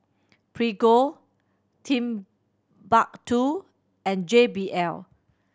Prego Timbuk Two and J B L